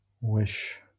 wish